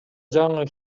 жаңы